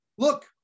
Look